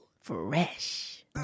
Fresh